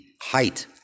height